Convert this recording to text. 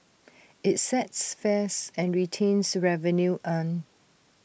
IT sets fares and retains revenue earned